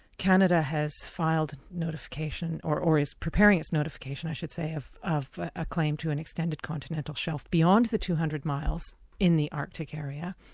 canada has filed notification, or or is preparing its notification i should say, of of a claim to an extended continental shelf beyond the two hundred miles in the arctic area,